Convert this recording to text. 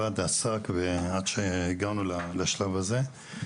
עסק עד שהגענו לשלב הזה.